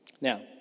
Now